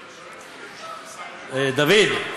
דוד.